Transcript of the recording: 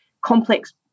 complex